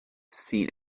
seen